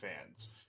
fans